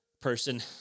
person